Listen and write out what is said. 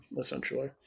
Essentially